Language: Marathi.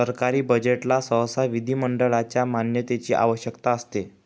सरकारी बजेटला सहसा विधिमंडळाच्या मान्यतेची आवश्यकता असते